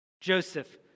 Joseph